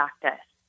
practice